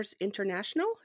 International